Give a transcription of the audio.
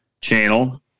channel